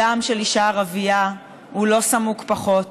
הדם של אישה ערבייה הוא לא סמוק פחות,